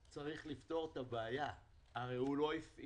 צריך לפתור את הבעיה, הרי הוא לא הפעיל,